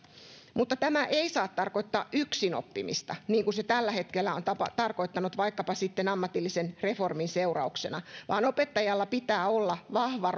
mutta tämä ei saa tarkoittaa yksin oppimista niin kuin se tällä hetkellä on tarkoittanut vaikkapa sitten ammatillisen reformin seurauksena vaan opettajalla pitää olla vahva